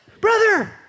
brother